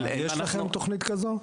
אבל יש לכם תכנית כזו?